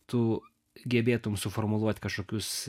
tu gebėtum suformuluot kažkokius